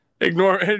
Ignore